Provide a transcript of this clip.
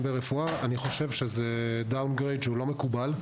ברפואה זה down grade שהוא לא מקובל.